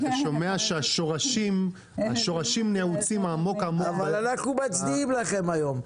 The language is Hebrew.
ואתה שומע שהשורשים נעוצים עמוק עמוק --- אבל אנחנו מצדיעים לכם היום.